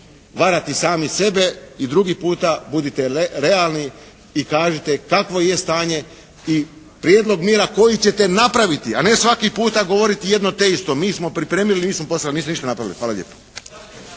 varati sami sebe i drugi puta budite realni i kažite kakvo je stanje i prijedlog mjera koje ćete napraviti a ne svaki puta govoriti jedno te isto: «Mi smo pripremili, nismo poslali». Niste ništa napravili. Hvala lijepo.